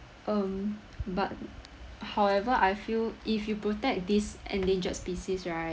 um but however I feel if you protect this endangered species right